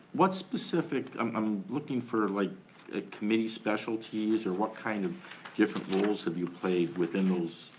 what specific, um i'm looking for like committee specialties or what kind of different roles have you played within those.